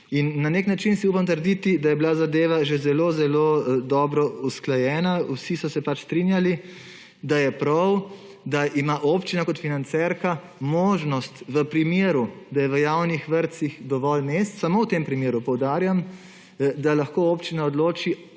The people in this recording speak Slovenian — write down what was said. in na nek način si upam trditi, da je bila zadeva že zelo zelo dobro usklajena, vsi so se strinjali, da je prav, da ima občina kot financerka možnost, v primeru, da je v javnih vrtcih dovolj mest – samo v tem primeru, poudarjam –, da lahko občina odloči,